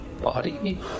body